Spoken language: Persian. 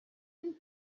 این